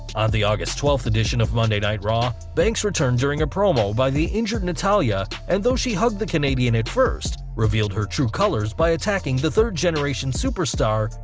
on the august twelfth edition of monday night raw, banks returned during a promo by the injured natalya, and though she hugged the canadian at first, revealed her true colours by attacking the third-generation superstar,